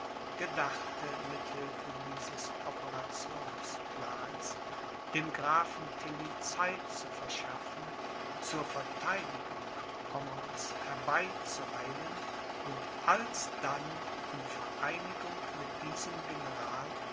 gedachte mit hilfe dieses operationsplans dem grafen tilly zeit zu verschaffen zur verteidigung pommerns herbeizueilen und alsdann in vereinigung mit diesem general